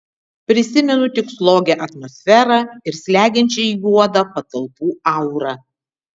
prisimenu tik slogią atmosferą ir slegiančiai juodą patalpų aurą